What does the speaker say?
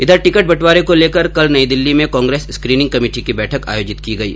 इधर टिकट बंटवारे को लेकर कल नई दिल्ली में कांग्रेस स्कीनिंग कमेटी की बैठक आयोजित की गयी